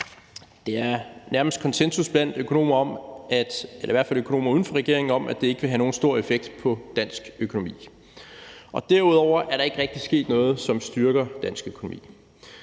Der er nærmest konsensus blandt økonomer, eller i hvert fald blandt økonomer uden for regeringen, om, at det ikke vil have nogen stor effekt på dansk økonomi. Og derudover er der ikke rigtig sket noget, som styrker dansk økonomi.